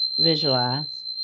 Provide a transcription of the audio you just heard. visualize